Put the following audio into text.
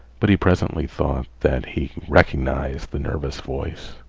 but he presently thought that he recognized the nervous voice.